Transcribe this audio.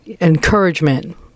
encouragement